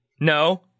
no